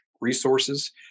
resources